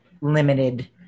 limited